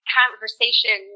conversation